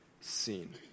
seen